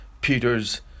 Peter's